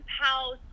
house